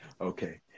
okay